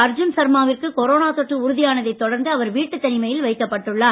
அர்ஜுன் சர்மா விற்கு கொரோனா தொற்று உறுதியானதைத் தொடர்ந்து அவர் வீட்டுத் தனிமையில் வைக்கப் பட்டுள்ளார்